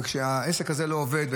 וכשהעסק הזה לא עובד,